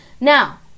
Now